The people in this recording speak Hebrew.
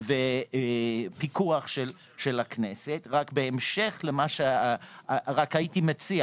בשקיפות ופיקוח של הכנסת, רק הייתי מציע